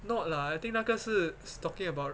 not lah I think 那个是 is talking about